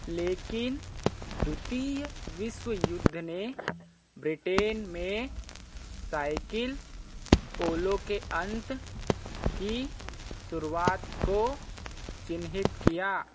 लेकिन द्वितीय विश्व युद्ध ने ब्रिटेन में साइकिल पोलो के अंत की शुरुआत को चिह्नित किया